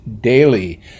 daily